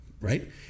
Right